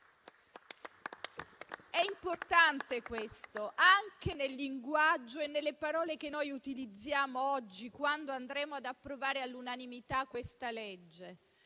È importante questo anche nel linguaggio e nelle parole che noi utilizzeremo oggi, quando andremo ad approvare all'unanimità il disegno